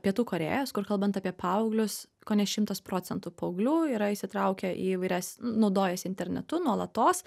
pietų korėjos kur kalbant apie paauglius kone šimtas procentų paauglių yra įsitraukę į įvairias naudojasi internetu nuolatos